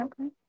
Okay